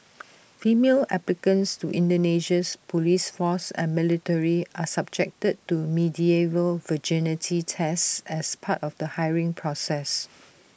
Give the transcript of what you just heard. female applicants to Indonesia's Police force and military are subjected to medieval virginity tests as part of the hiring process